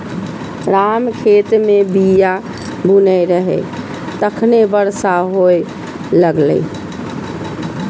राम खेत मे बीया बुनै रहै, तखने बरसा हुअय लागलै